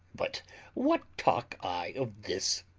but what talk i of this?